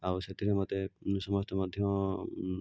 ଆଉ ସେଥିରେ ମୋତେ ସମସ୍ତେ ମଧ୍ୟ